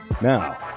Now